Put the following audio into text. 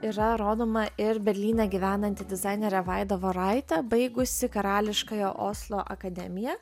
yra rodoma ir berlyne gyvenanti dizainerė vaida voraitė baigusi karališkąją oslo akademiją